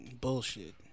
Bullshit